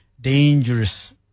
dangerous